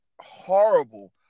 horrible